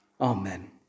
amen